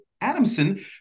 Adamson